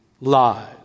lies